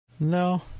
No